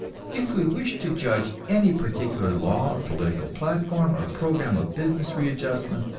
if we wish to judge any particular law or political platform or program of business readjustment,